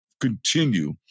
continue